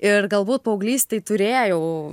ir galbūt paauglystėj turėjau